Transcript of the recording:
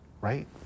right